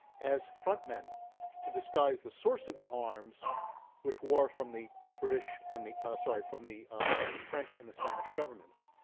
as front men to disguise the source of the arms which were from the british, and ah sorry from the french and the spanish governments.